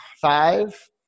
Five